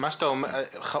מה שאתה אומר חמור,